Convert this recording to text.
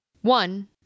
One